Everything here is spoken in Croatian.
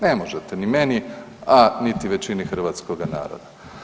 Ne možete ni meni, a niti većini hrvatskoga naroda.